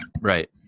right